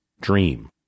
dream